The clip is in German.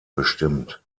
bestimmt